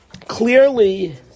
Clearly